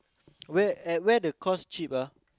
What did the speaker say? where at where the course cheap ah